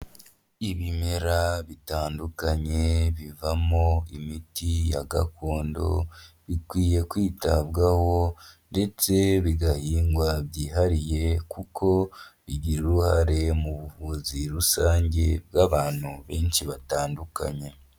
Ibimera bitandukanye bivamo imiti ya gakondo bikwiye kwitabwaho ndetse bigahingwa byihariye kuko bigirara uruhare mu buvuzi rusange bw'abantu benshi batandukanye.